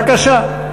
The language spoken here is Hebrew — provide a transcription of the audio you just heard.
בבקשה.